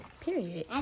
Period